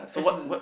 as in